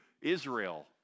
Israel